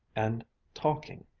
and talking,